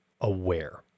aware